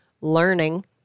learning